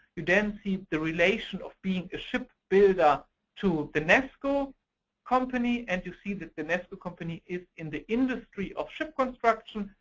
you then see the relation of being the ship builder to the nassco company. and you see that the nassco company is in the industry of ship construction,